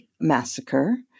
massacre